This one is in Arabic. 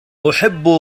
أحب